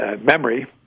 memory